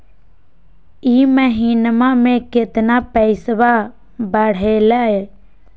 ई महीना मे कतना पैसवा बढ़लेया?